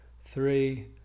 three